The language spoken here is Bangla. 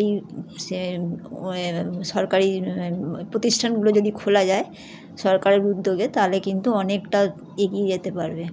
এই সে ওয়ে সরকারি প্রতিষ্ঠানগুলো যদি খোলা যায় সরকারের উদ্যোগে তাহলে কিন্তু অনেকটা এগিয়ে যেতে পারবে